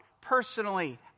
personally